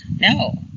no